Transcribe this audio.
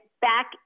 back